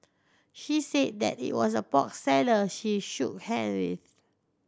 she said that it was a pork seller she shook hand with